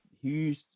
huge